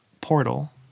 portal